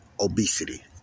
obesity